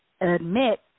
admit